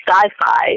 sci-fi